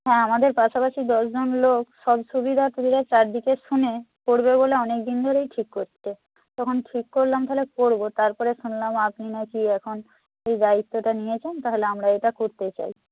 হ্যাঁ আমাদের পাশাপাশি দশজন লোক সব সুবিধা টুবিধা চারদিকে শুনে করবে বলে অনেকদিন ধরেই ঠিক করছে তখন ঠিক করলাম তাহলে করব তারপরে শুনলাম আপনি নাকি এখন ওই দায়িত্বটা নিয়েছেন তাহলে আমরা এটা করতে চাই